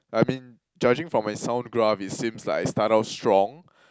I mean judging from my sound graph it seems like I start off strong